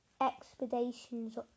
expeditions